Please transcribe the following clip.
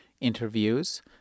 interviews